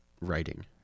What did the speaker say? writing